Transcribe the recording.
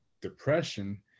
depression